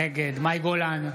נגד מאי גולן,